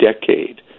decade